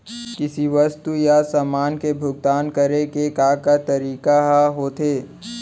किसी वस्तु या समान के भुगतान करे के का का तरीका ह होथे?